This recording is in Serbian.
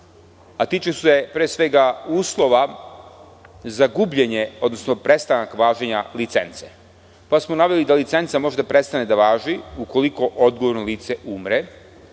a tiče se, pre svega, uslova za gubljenje, odnosno prestanak važenja licence, pa smo naveli da licenca može da prestane da važi ukoliko odgovorno lice umre